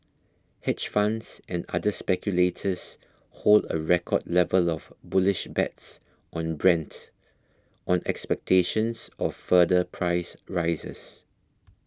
hedge funds and other speculators hold a record level of bullish bets on Brent on expectations of further price rises